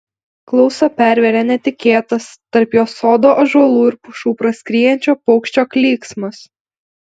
klausą pervėrė netikėtas tarp jos sodo ąžuolų ir pušų praskriejančio paukščio klyksmas